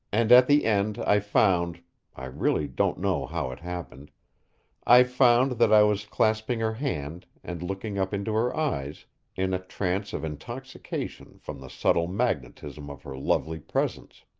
and at the end i found i really don't know how it happened i found that i was clasping her hand and looking up into her eyes in a trance of intoxication from the subtle magnetism of her lovely presence.